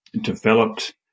developed